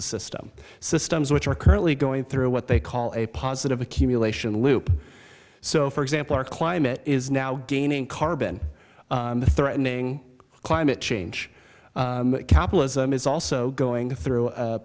a system systems which are currently going through what they call a positive accumulation loop so for example our climate is now gaining carbon the threatening climate change capitalism is also going through